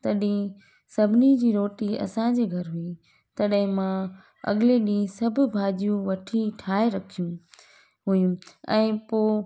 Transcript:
तॾहिं सभिनी जी रोटी असांजे घर में तॾहिं मां अॻिले ॾींहुं सभ भाॼियूं वठी ठाहे रखियूं हुयूं ऐं पोइ